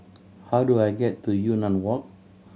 how do I get to Yunnan Walk